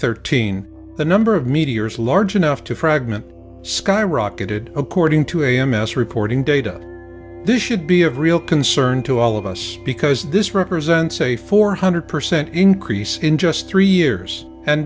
thirteen the number of meteors large enough to fragment skyrocketed according to a m s reporting data this should be of real concern to all of us because this represents a four hundred percent increase in just three years and